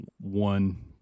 one